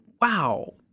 Wow